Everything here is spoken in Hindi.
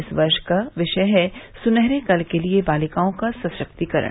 इस वर्ष का विषय है सुनहरे कल के लिए बालिकाओं का सशक्तीकरण